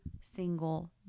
single